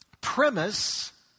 premise